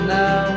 now